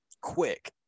quick